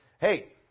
hey